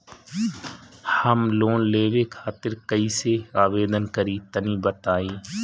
हम लोन लेवे खातिर कइसे आवेदन करी तनि बताईं?